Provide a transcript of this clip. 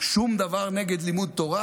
שום דבר נגד לימוד תורה,